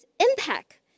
impact